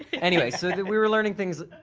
anyway, so we were learning things,